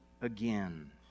again